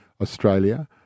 Australia